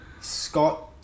Scott